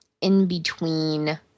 in-between